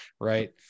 right